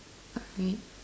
alright